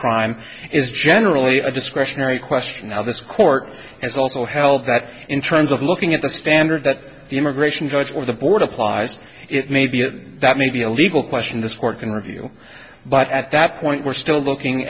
crime is generally a discretionary question of this court has also held that in terms of looking at the standard that the immigration judge or the board applies it may be that may be a legal question this court can review but at that point we're still looking